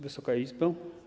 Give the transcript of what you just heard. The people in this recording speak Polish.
Wysoka Izbo!